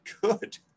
good